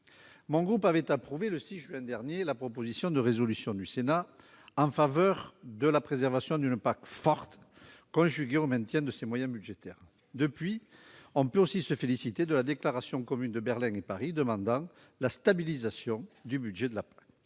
Mon groupe avait approuvé le 6 juin dernier la proposition de résolution du Sénat en faveur de la préservation d'une PAC forte, conjuguée au maintien de ses moyens budgétaires. Depuis, dans une déclaration commune, dont on peut se féliciter, Berlin et Paris ont demandé « la stabilisation du budget de la PAC